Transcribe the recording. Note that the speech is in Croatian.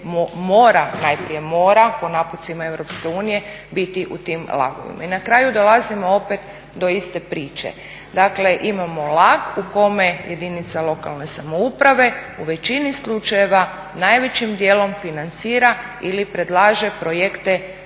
najprije mora po naputcima EU biti u tim lagovima. I na kraju dolazimo opet do iste priče. Dakle, imamo lag u kome jedinica lokalne samouprave u većini slučajeva najvećim dijelom financira ili predlaže projekte